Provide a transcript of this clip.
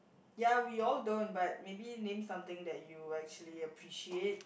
ya we all don't but maybe name something that you will actually appreciate